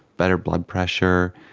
better blood pressure,